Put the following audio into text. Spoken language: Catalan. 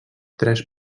tres